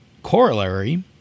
Corollary